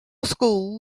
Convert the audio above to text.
school